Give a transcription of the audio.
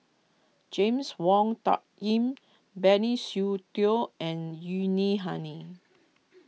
James Wong Tuck Yim Benny Seow Teo and Yuni honey